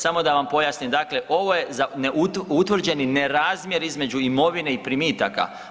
Samo da vam pojasnim, dakle ovo je za ne, utvrđeni nerazmjer između imovine i primitaka.